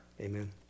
amen